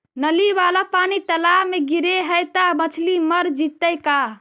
नली वाला पानी तालाव मे गिरे है त मछली मर जितै का?